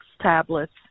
tablets